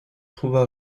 trouva